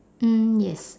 mm yes